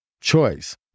choice